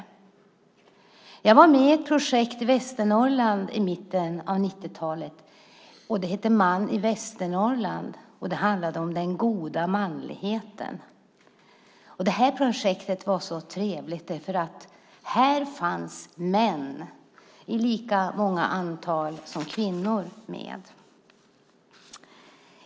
Själv var jag i mitten av 1990-talet med i projektet Man i Västernorrland. Det handlade om den goda manligheten. Det projektet var så trevligt, för där var lika många män och kvinnor med.